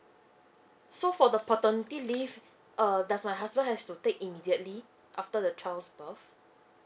so for the paternity leave uh does my husband has to take immediately after the child's birth